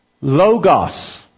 Logos